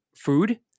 Food